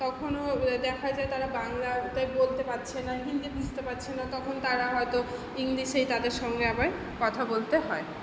তখনও দেখা যায় তারা বাংলারতে বলতে পাচ্ছে না হিন্দি বুঝতে পাচ্ছে না তখন তারা হয়তো ইংলিশেই তাদের সঙ্গে আবার কথা বলতে হয়